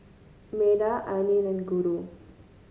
Medha Anil and Guru